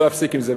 לא אפסיק את זה,